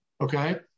okay